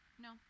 No